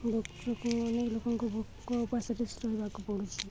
ଡ଼କ୍ଟରକୁ ଅନେକ ଲୋକଙ୍କୁ ରହିବାକୁ ପଡ଼ୁଛିି